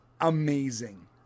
amazing